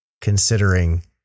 considering